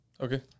Okay